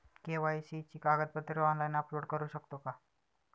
KYC ची कागदपत्रे online upload करू शकतो का?